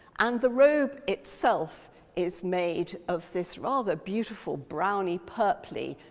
and the robe itself is made of this rather beautiful browny, purply,